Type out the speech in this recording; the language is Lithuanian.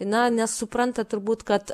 na nes supranta turbūt kad